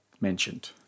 mentioned